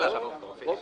איתן, אנחנו איתך.